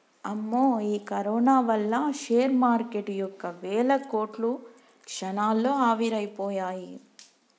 అమ్మో ఈ కరోనా వల్ల షేర్ మార్కెటు యొక్క వేల కోట్లు క్షణాల్లో ఆవిరైపోయాయి